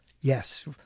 yes